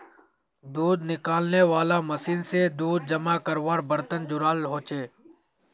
दूध निकालनेवाला मशीन से दूध जमा कारवार बर्तन जुराल होचे